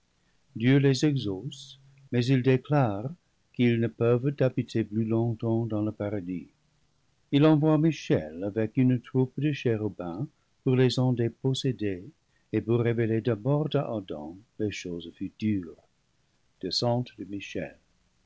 dieu les exauce mais il déclare qu'ils ne peuvent habiter plus longtemps dans le paradis il envoie michel avec une troupe de chérubins pour les en déposséder et pour révéler d'abord à adam les choses futures descente de michel